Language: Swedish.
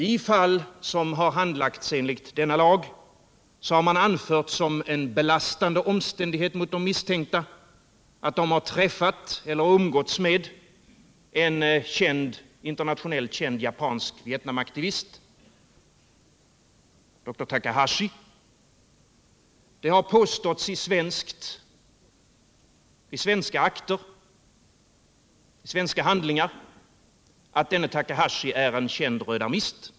I fall som har handlagts enligt denna lag har man anfört såsom en belastande omständighet mot de misstänkta att de har träffat eller umgåtts med en internationellt känd japansk Vietnamaktivist, doktor Takahashi. Det har påståtts i akter och handlingar att denne Takahashi är en känd rödarmist.